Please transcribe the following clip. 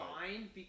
fine